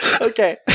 Okay